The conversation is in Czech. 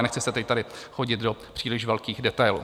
Nechci teď tady chodit do příliš velkých detailů.